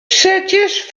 przecież